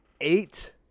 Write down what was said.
eight